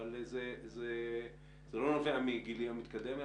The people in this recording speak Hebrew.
לא נובעת מגילי המתקדם,